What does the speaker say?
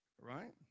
Right